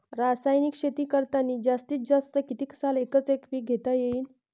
रासायनिक शेती करतांनी जास्तीत जास्त कितीक साल एकच एक पीक घेता येईन?